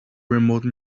remote